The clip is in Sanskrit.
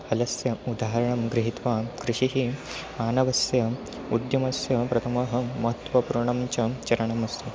फलस्य उदाहरणं गृहीत्वा कृषिः मानवस्य उद्यमस्य प्रथमः महत्वपूर्णं च चरणमस्ति